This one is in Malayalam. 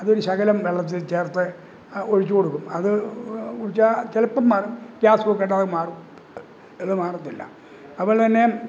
അതൊരു ശകലം വെള്ളത്തിൽ ചേർത്ത് ഒഴിച്ച് കൊടുക്കും അത് ചെ ചിലപ്പോള് മാറും ഗ്യാസുമൊക്കെ ഉണ്ടാകുമ്പോള് മാറും ചിലത് മാറത്തില്ല അതുപോലെ തന്നെ